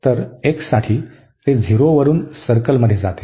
तर x साठी ते 0 वरून सर्कलमध्ये जाते